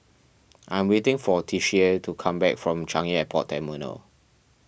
I am waiting for Tishie to come back from Changi Airport Terminal